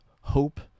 hope